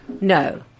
No